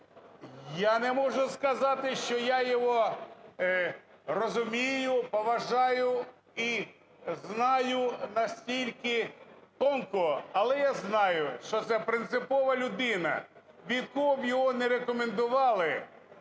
Я не можу сказати, що я його розумію, поважаю і знаю не настільки тонко, але я знаю, що це принципова людина. Від кого його б не рекомендували,